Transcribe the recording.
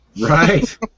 Right